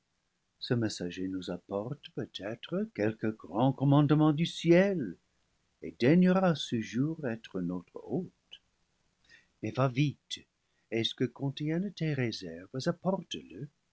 ce messager nous apporte peut-être quelque grand commandement du ciel et daignera ce jour être notre hôte mais va vite et ce que contiennent tes réserves